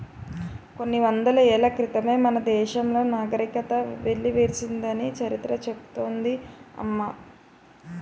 కొన్ని వందల ఏళ్ల క్రితమే మన దేశంలో నాగరికత వెల్లివిరిసిందని చరిత్ర చెబుతోంది అమ్మ